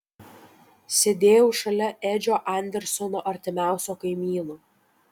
sėdėjau šalia edžio andersono artimiausio kaimyno